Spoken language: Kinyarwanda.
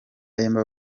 yemba